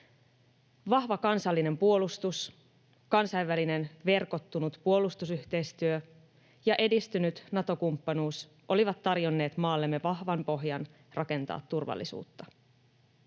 Vahva kansallinen puolustus, kansainvälinen verkottunut puolustusyhteistyö ja edistynyt Nato-kumppanuus olivat tarjonneet maallemme vahvan pohjan rakentaa turvallisuutta.